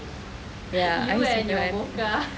ya I suka